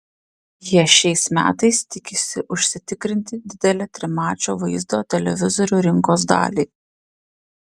jie šiais metais tikisi užsitikrinti didelę trimačio vaizdo televizorių rinkos dalį